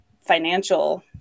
financial